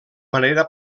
manera